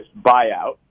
buyout